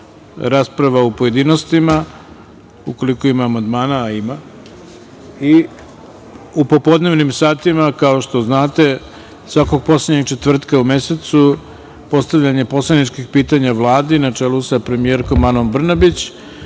rasprava u pojedinostima, ukoliko ima amandmana, a ima, i u popodnevnim satima, kao što znate, svakog poslednjeg četvrtka u mesecu postavljanje poslaničkih pitanja Vladi, na čelu sa premijerkom Anom Brnabić,